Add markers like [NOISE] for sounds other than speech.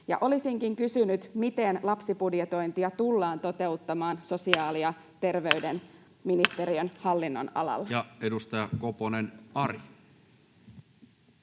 Olisinkin kysynyt: miten lapsibudjetointia tullaan toteuttamaan [NOISE] sosiaali- ja terveysministeriön hallinnonalalla? Edustaja Koponen, Ari.